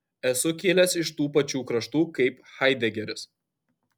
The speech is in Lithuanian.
esu kilęs iš tų pačių kraštų kaip haidegeris